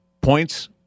points